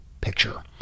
picture